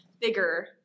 bigger